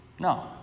No